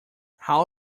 how